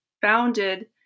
founded